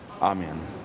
Amen